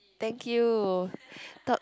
thank you top